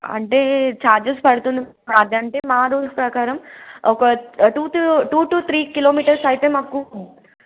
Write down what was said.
అంటే ఛార్జెస్ పడుతుంది కాదంటే మా రూల్స్ ప్రకారం ఒక two to two to three kilometres అయితే మాకు